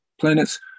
planets